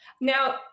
Now